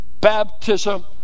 baptism